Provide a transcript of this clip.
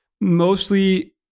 mostly